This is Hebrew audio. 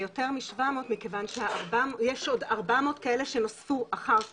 זה יותר מ-700 מכיוון שיש עוד 400 כאלה שנוספו אחר כך.